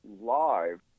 live